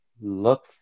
look